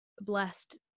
blessed